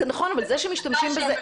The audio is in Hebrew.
אבל זה שמשתמשים בזה,